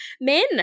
men